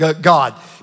God